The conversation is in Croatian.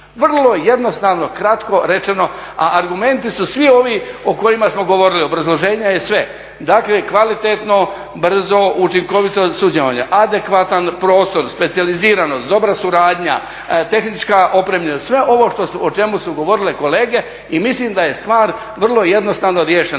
Vrlo jednostavno, kratko rečeno, a argumenti su svi ovi o kojima smo govorili. Obrazloženje je sve. Dakle, kvalitetno, brzo, učinkovito …, adekvatan prostor, specijaliziranost, dobra suradnja, tehnička opremljenost, sve ovo o čemu su govorile kolege i mislim da je stvar vrlo jednostavno riješena.